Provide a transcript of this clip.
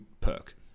perk